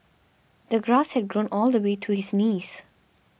the grass had grown all the way to his knees